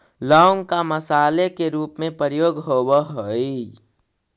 लौंग का मसाले के रूप में प्रयोग होवअ हई